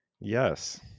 Yes